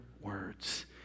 words